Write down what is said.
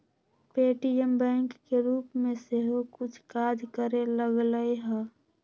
Paytm bank के रूप में सेहो कुछ काज करे लगलै ह